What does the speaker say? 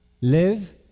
Live